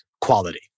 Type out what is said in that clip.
quality